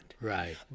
right